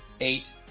Eight